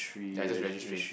ya just registry